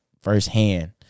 firsthand